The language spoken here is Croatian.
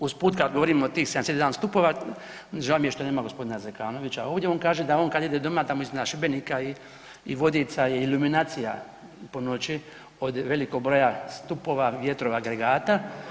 Uz put kada govorimo o tih 71 stupova, žao mi je što nema gospodina Zekanovića ovdje, on kaže da on kada ide doma da iznad Šibenika i Vodica je iluminacija po noći od velikog broja stupova, vjetrova agregata.